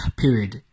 period